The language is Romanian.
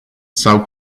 sau